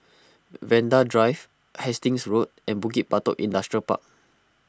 Vanda Drive Hastings Road and Bukit Batok Industrial Park